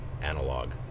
analog